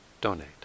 donate